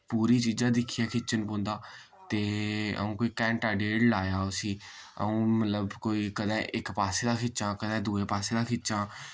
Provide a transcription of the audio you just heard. पूरी चीजां दिक्खियै खिच्चन पौंदा ते अऊं कोई घैंटा डेढ लाया उस्सी अऊं मतलब कोई कदै इक पस्से दा खिच्चां कदै दुए पस्से दा खिच्चां